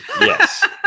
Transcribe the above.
Yes